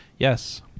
yes